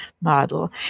model